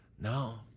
No